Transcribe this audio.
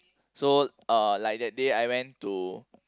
so uh like that day I went to